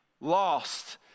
lost